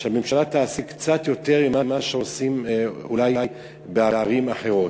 שהממשלה תעשה קצת יותר ממה שעושים אולי בערים אחרות.